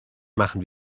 machen